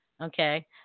Okay